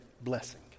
blessing